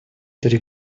три